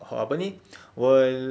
apa ni world